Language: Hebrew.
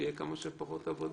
שתהיה כמה שפחות עבודה,